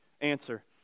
answer